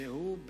שהוא,